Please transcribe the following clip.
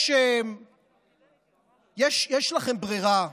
יש לכם ברירה.